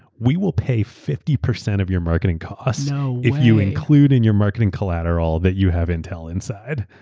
we will pay fifty percent of your marketing cost so if you include in your marketing collateral that you have intel inside.